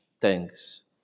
Thanks